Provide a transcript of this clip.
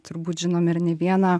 turbūt žinom ir ne vieną